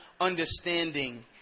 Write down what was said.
understanding